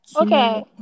Okay